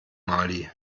mali